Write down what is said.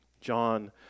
John